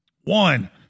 One